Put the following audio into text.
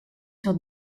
sur